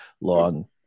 long